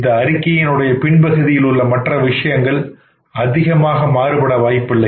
இந்த அறிக்கையின் உடைய பின் பகுதியில் உள்ள மற்ற விஷயங்கள் அதிகமாக மாறுபட வாய்ப்பில்லை